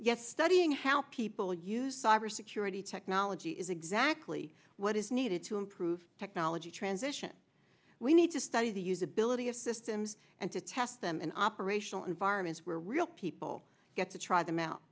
yet studying how people use cybersecurity technology is exactly what is needed to improve technology transition we need to study the usability of systems and to test them in operational environments where real people get to try them out